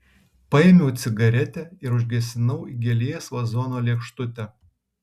paėmiau cigaretę ir užgesinau į gėlės vazono lėkštutę